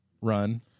run